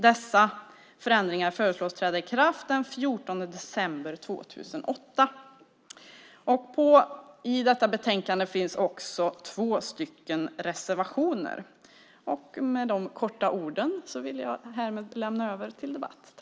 Dessa förändringar föreslås träda i kraft den 14 december 2008. I detta betänkande finns också två reservationer. Med dessa korta ord lämnar jag härmed över till debatt.